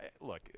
look